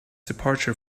departure